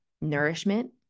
nourishment